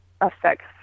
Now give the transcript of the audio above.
affects